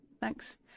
thanks